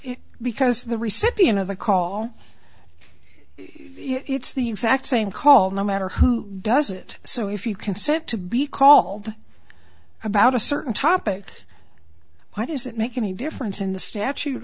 because the recipient of the call it's the exact same call no matter who does it so if you consent to be called about a certain topic why does it make any difference in the statute